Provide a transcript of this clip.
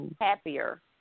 happier